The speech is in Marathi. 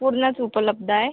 पूर्णच उपलब्ध आहे